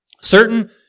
Certain